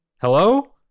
Hello